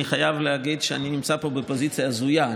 אני חייב להגיד שאני נמצא פה בפוזיציה הזויה.